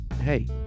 hey